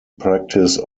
practice